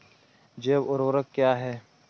जैव ऊर्वक क्या है?